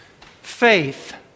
faith